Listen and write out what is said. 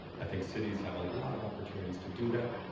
i think cities have a lot of opportunities to do that,